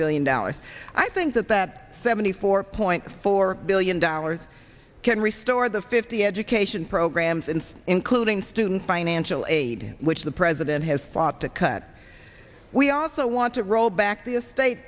billion dollars i think that that seventy four point four billion dollars can restore the fifty education programs in school including student financial aid which the president has fought to cut we also want to roll back the estate